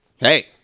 Hey